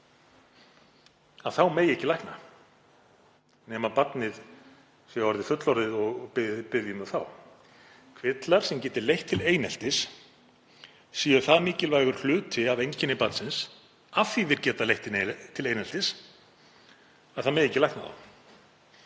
megi ekki lækna nema barnið sé orðið fullorðið og biðji um það þá. Kvillar sem geti leitt til eineltis séu það mikilvægur hluti af einkenni barnsins, af því að þeir geta leitt til eineltis, að það megi ekki lækna þá.